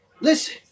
Listen